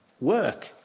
work